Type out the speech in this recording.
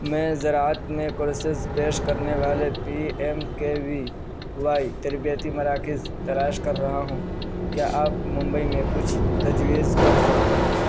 میں زراعت میں کورسز پیش کرنے والے P M K V Y تربیتی مراکز تلاش کر رہا ہوں کیا آپ ممبئی میں کچھ تجویز کر سکتے ہیں